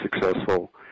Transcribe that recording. successful